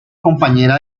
compañera